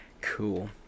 Cool